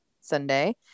Sunday